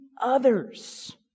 others